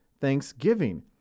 thanksgiving